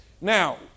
Now